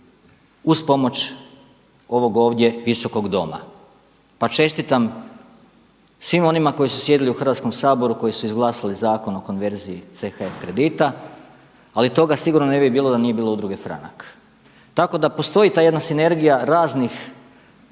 uz pomoć ovog ovdje Visokog doma. Pa čestitam svim onima koji su sjedili u Hrvatskom saboru, koji su izglasali Zakon o konverziji CHF kredita ali toga sigurno ne bi bilo da nije bilo Udruge Franak. Tako da postoji ta jedna sinergija raznih